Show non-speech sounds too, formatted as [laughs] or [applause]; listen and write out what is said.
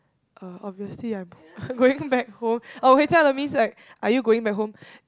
uh obviously I'm [laughs] going back home oh 回家了 means like are you going back home